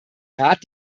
rat